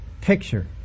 picture